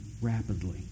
Rapidly